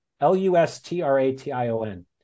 L-U-S-T-R-A-T-I-O-N